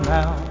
now